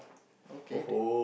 okay